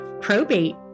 Probate